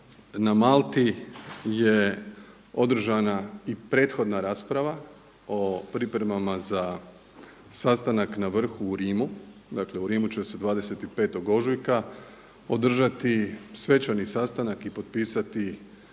na Malti je održana i prethodna rasprava o pripremama za sastanak na vrhu u Rimu. Dakle, u Rimu će se 25. ožujka održati svečani sastanak i potpisati